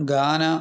Ghana